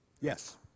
yes